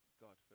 God